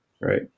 right